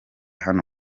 hano